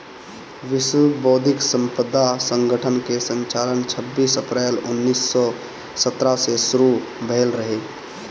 विश्व बौद्धिक संपदा संगठन कअ संचालन छबीस अप्रैल उन्नीस सौ सत्तर से शुरू भयल रहे